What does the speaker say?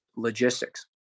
logistics